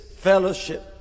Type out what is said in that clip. fellowship